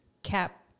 cap